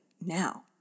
now